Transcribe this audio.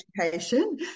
education